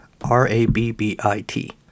R-A-B-B-I-T